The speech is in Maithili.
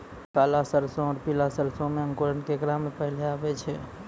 काला सरसो और पीला सरसो मे अंकुर केकरा मे पहले आबै छै?